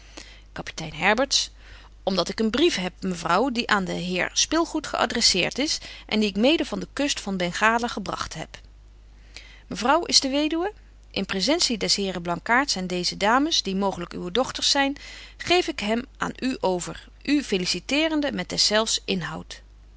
herberts om dat ik een brief heb mevrouw die aan den heef spilgoed geädresseert is en die ik mede van de kust van benbetje wolff en aagje deken historie van mejuffrouw sara burgerhart gale gebragt heb mevrouw is de weduwe in presentie des heren blankaarts en deeze dames die mooglyk uwe dochters zyn geef ik hem aan u over u feliciterende met deszelfs inhoud